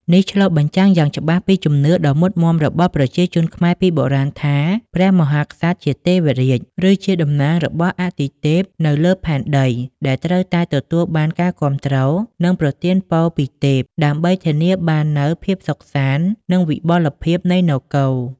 នេះឆ្លុះបញ្ចាំងយ៉ាងច្បាស់ពីជំនឿដ៏មុតមាំរបស់ប្រជាជនខ្មែរពីបុរាណថា ព្រះមហាក្សត្រជា ទេវរាជ ឬជាតំណាងរបស់អាទិទេពនៅលើផែនដី ដែលត្រូវតែទទួលបានការគាំទ្រ និងប្រទានពរពីទេព ដើម្បីធានាបាននូវភាពសុខសាន្ត និងវិបុលភាពនៃនគរ។